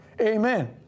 Amen